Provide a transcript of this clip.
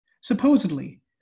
Supposedly